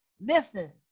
listen